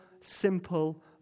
simple